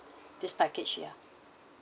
this package ya